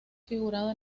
figurado